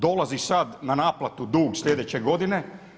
Dolazi sad na naplatu dug sljedeće godine.